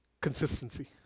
consistency